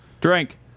Drink